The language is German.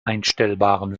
einstellbaren